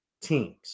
teams